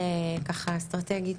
ככה אסטרטגית,